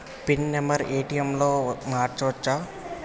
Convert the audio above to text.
Pin number ATM లో మార్చచ్చా?